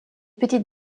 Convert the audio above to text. petites